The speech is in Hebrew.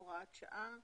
- הוראת שעה